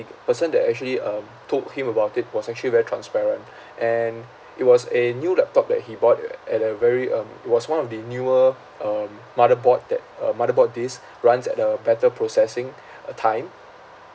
person that actually um told him about it was actually very transparent and it was a new laptop that he bought at at a very um it was one of the newer um motherboard that a motherboard disk runs at a better processing uh time